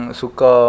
suka